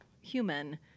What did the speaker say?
human